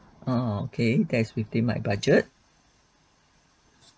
okay that's within my budget